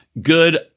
Good